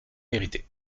mérité